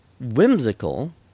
whimsical